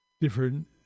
different